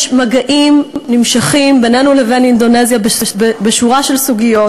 יש מגעים נמשכים בינינו לבין אינדונזיה בשורה של סוגיות,